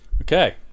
Okay